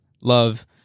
love